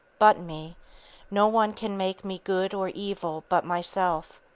but me no one can make me good or evil but myself.